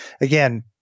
again